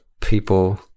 people